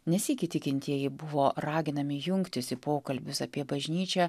ne sykį tikintieji buvo raginami jungtis į pokalbius apie bažnyčią